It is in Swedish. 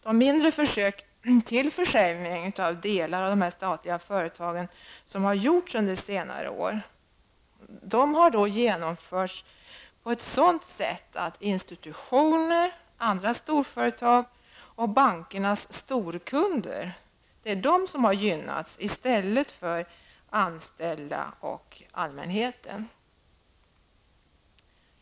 De mindre försök till försäljning av delar av de statliga företagen som gjorts under senare år har genomförts på ett sådant sätt att institutioner, andra storföretag och bankernas storkunder gynnats, i stället för de anställda och allmänheten.